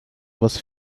was